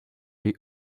jej